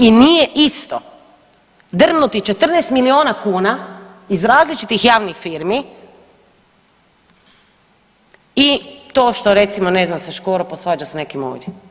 I nije isto drmnuti 14 miliona kuna iz različitih javnih firmi i to što recimo ne znam se Škoro posvađa s nekim ovdje.